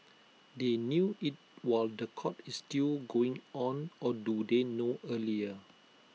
they knew IT while The Court is still going on or do they know earlier